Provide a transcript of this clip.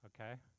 okay